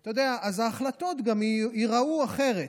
אז גם ההחלטות ייראו אחרת.